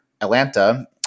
Atlanta